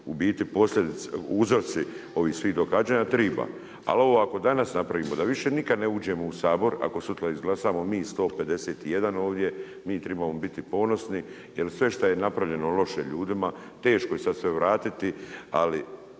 u biti uzroci ovih svih događanja triba. Ali ovo ako danas napravimo da više nikad ne uđemo u Sabor ako sutra izglasamo mi 151 ovdje, mi trebamo biti ponosni jel sve što je napravljeno loše ljutima teško je sada sve vratiti, ali